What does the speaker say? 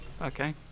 Okay